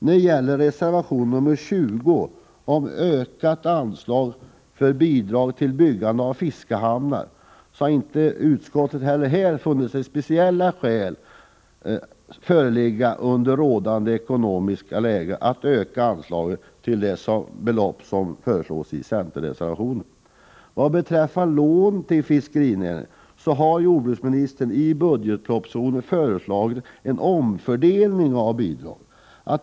När det gäller reservation 20 om ökat anslag för bidrag till byggande av fiskehamnar, har utskottet inte funnit speciella skäl föreligga att i rådande ekonomiska läge öka anslaget till det belopp som föreslås i centerreservationen. Vad beträffar lån till fiskerinäringen har jordbruksministern i budgetpropositionen föreslagit en omfördelning av bidraget.